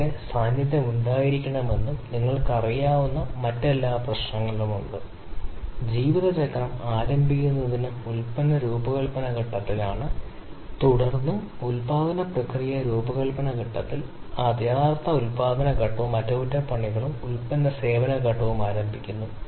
അതിനാൽ ഈ നഷ്ടം യഥാർത്ഥത്തിൽ എന്തായിരിക്കുമെന്ന് കാണാൻ ഇവിടെ ചില സ്ഥിതിവിവര വിശകലനം നടത്തുക ഈ നഷ്ടം എങ്ങനെ നിയന്ത്രിക്കാം അല്ലെങ്കിൽ എങ്ങനെ കണക്കാക്കാം തുടർന്ന് ചിലരെ റിയലിസ്റ്റിക് ഉദാഹരണങ്ങളിലേക്ക് ശ്രമിച്ച പ്രക്രിയയുമായി ബന്ധപ്പെട്ട കാര്യങ്ങൾ തിരിച്ചറിയുന്നതിന് നമ്മൾ ഈ നഷ്ട ഘടകം ഉപയോഗിക്കും